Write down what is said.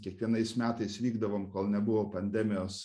kiekvienais metais vykdavom kol nebuvo pandemijos